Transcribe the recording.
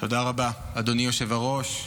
תודה רבה, אדוני היושב-ראש.